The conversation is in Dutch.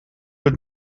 het